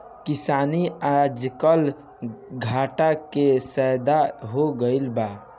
किसानी आजकल घाटा के सौदा हो गइल बा